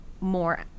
more